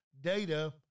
data